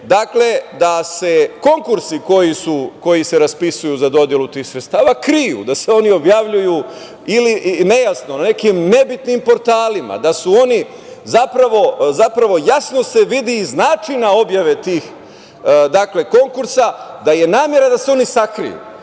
dakle, da se konkursi koji se raspisuju za dodelu tih sredstava kriju, da se oni objavljuju ili nejasno, na nekim nebitnim portalima, zapravo, jasno se vidi iz načina objave tih konkursa da je namera da se oni sakriju.E